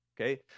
okay